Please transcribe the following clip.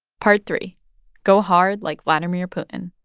part three go hard like vladimir putin